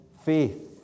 faith